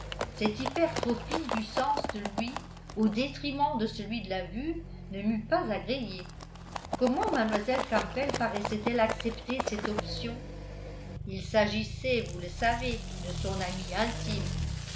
cette hypertrophie du sens de l'ouïe au détriment de celui de la vue ne m'eut pas agréée comment mlle campbell paraissait-elle accepter cette option il s'agissait vous le savez de son amie intime